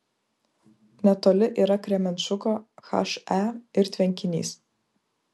netoli yra kremenčuko he ir tvenkinys